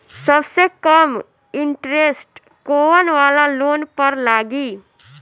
सबसे कम इन्टरेस्ट कोउन वाला लोन पर लागी?